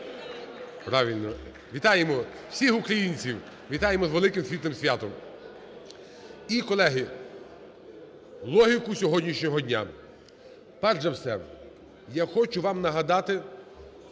Вітаємо всіх українців, вітаємо з великим світлим святом. І, колеги, логіку сьогоднішнього дня. Перш за все, я хочу вам нагадати